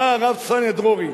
אמר הרב צפניה דרורי,